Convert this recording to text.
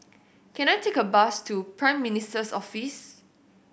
can I take a bus to Prime Minister's Office